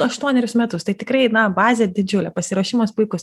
aštuonerius metus tai tikrai na bazė didžiulė pasiruošimas puikus